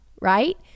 right